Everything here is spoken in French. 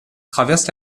traverse